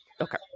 Okay